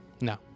No